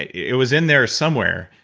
it was in there somewhere,